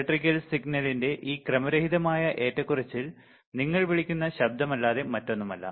electrical സിഗ്നലിന്റെ ഈ ക്രമരഹിതമായ ഏറ്റക്കുറച്ചിൽ നിങ്ങൾ വിളിക്കുന്ന ശബ്ദമല്ലാതെ മറ്റൊന്നുമല്ല